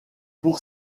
pour